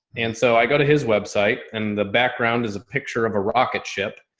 and so i go to his website and the background is a picture of a rocket ship.